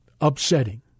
upsetting